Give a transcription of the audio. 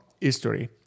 history